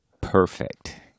Perfect